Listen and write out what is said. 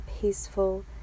peaceful